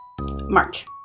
March